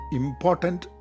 important